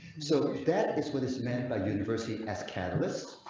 so that is what is meant by university as catalysts.